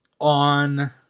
On